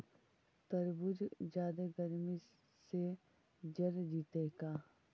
तारबुज जादे गर्मी से जर जितै का?